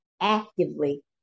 actively